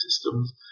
systems